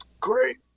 Great